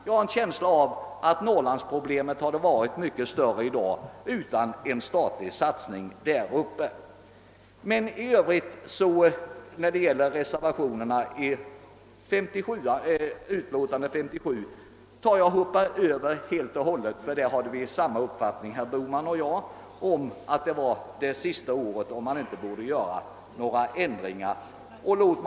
Jag har en känsla av att norrlandsproblemet hade varit mycket större i dag om en statlig satsning inte gjorts där uppe. I övrigt har herr Bohman och jag helt och hållet samma uppfattning när det gäller reservationerna vid utlåtande nr 57: det är det sista året som de nu gällande bestämmelserna tillämpas, och därför bör några ändringar inte göras.